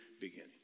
beginning